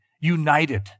united